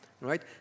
right